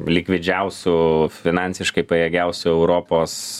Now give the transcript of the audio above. likvidžiausių finansiškai pajėgiausių europos